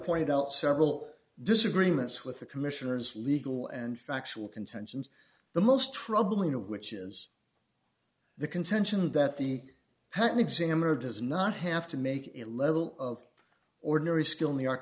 pointed out several disagreements with the commissioner's legal and factual contentions the most troubling of which is the contention that the patent examiner does not have to make a level of ordinary skill new york